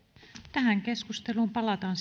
tähän keskusteluun palataan